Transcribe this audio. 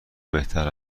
بهتر